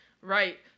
Right